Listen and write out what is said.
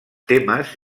temes